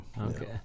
Okay